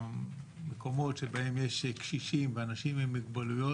המקומות שבהם יש קשישים ואנשים עם מוגבלויות